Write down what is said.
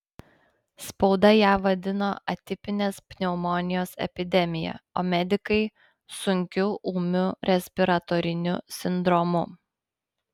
spauda ją vadino atipinės pneumonijos epidemija o medikai sunkiu ūmiu respiratoriniu sindromu